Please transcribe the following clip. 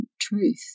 truth